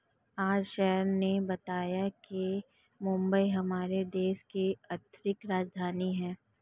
आज सर ने बताया कि मुंबई हमारे देश की आर्थिक राजधानी है